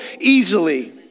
easily